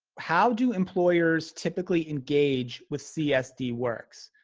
how do employers typically engage with csd works?